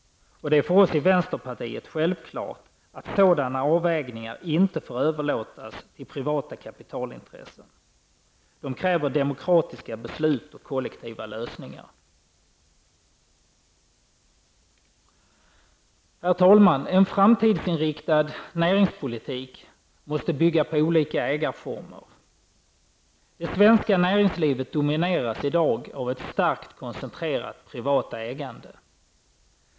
Det är för oss i vänsterpartiet självklart att sådana avvägningar inte kan överlåtas till privata kapitalintressen. De kräver demokratiska beslut och kollektiva lösningar. Herr talman! En framtidsinriktad näringspolitik måste bygga på olika ägarformer. Det svenska näringslivet domineras i dag av ett starkt koncentrerat privatägande.